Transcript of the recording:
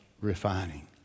refining